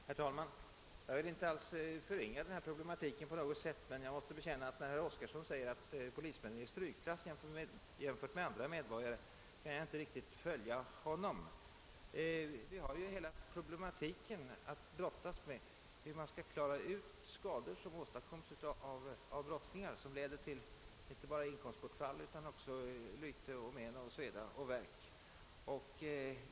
Herr talman! Jag vill inte förringa denna problematik på något sätt, men jag måste bekänna, att när herr Oskarson säger att polismännen är i strykklass jämfört med andra medborgare kan jag inte riktigt följa honom. Hela problematiken ligger i hur vi skall klara av skador som åstadkommes av brottslingar och som leder inte bara till inkomstbortfall utan också till lyte, men, sveda och värk.